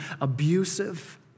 abusive